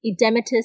edematous